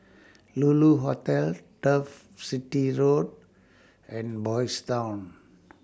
Lulu Hotel Turf City Road and Boys' Town